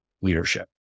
leadership